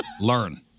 Learn